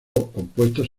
compuestos